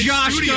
Josh